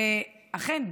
ואכן,